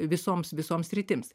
visoms visoms sritims